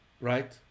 right